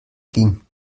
ging